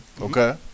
Okay